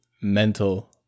mental